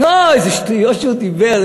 איזה שטויות הוא דיבר.